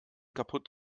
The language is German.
kaputt